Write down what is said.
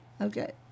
Okay